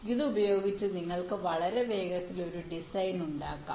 ഇത് ഉപയോഗിച്ച് നിങ്ങൾക്ക് വളരെ വേഗത്തിൽ ഒരു ഡിസൈൻ ഉണ്ടാക്കാം